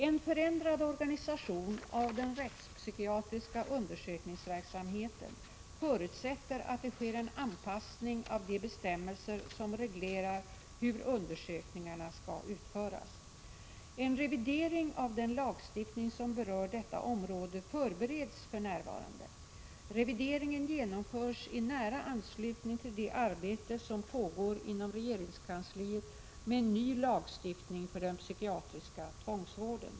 En förändrad organisation av den rättspsykiatriska undersökningsverksamheten förutsätter att det sker en anpassning av de bestämmelser som reglerar hur undersökningarna skall utföras. En revidering av den lagstiftning som berör detta område förbereds för närvarande. Revideringen genomförs i nära anslutning till det arbete som pågår inom regeringskansliet med en ny lagstiftning för den psykiatriska tvångsvården.